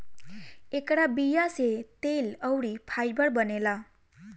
एकरा बीया से तेल अउरी फाइबर बनेला